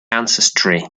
ancestry